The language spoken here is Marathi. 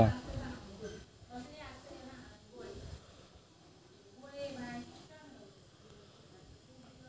मिस्ड कॉल देवन खात्याची माहिती गावू शकता